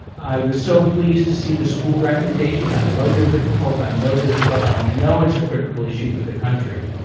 i was so pleased to see the school recommendations. i know they're difficult. i know they're a struggle. i know it's a critical issue for the country,